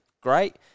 great